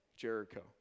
Jericho